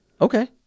Okay